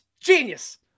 Genius